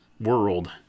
world